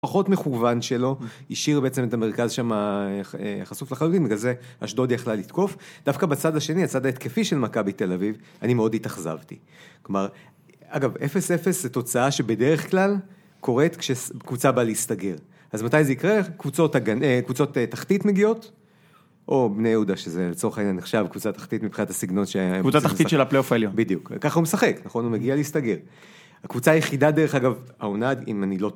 פחות מכוון שלו, השאיר בעצם את המרכז שם, חשוף לחלוטין, בגלל זה אשדוד יכלה לתקוף. דווקא בצד השני, הצד ההתקפי של מכבי תל אביב, אני מאוד התאכזבתי. כלומר, אגב, 0-0 זו תוצאה שבדרך כלל קורת כשקבוצה באה להסתגר. אז מתי זה יקרה? קבוצות תחתית מגיעות, או בני יהודה, שזה לצורך העניין נחשב, קבוצה תחתית מבחינת הסגנות שהיה... קבוצה תחתית של הפליאוף העליון. בדיוק. ככה הוא משחק, נכון? הוא מגיע להסתגר. הקבוצה היחידה, דרך אגב, העונה, אם אני לא...